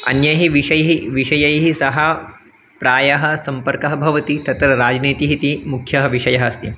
अन्यैः विषयैः विषयैः सह प्रायः सम्पर्कः भवति तत्र राजनीतिः इति मुख्यः विषयः अस्ति